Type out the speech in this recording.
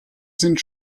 sind